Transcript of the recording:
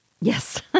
Yes